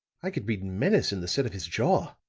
i could read menace in the set of his jaw.